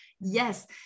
Yes